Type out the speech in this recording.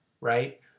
right